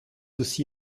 aussi